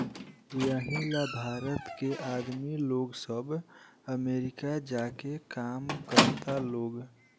एही ला भारत के आदमी लोग सब अमरीका जा के काम करता लोग